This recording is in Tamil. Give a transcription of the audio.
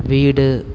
வீடு